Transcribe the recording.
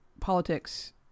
politics